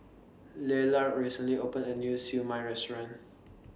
Lelar recently opened A New Siew Mai Restaurant